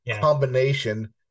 combination